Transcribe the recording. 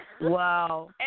Wow